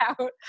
out